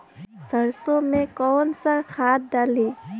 सरसो में कवन सा खाद डाली?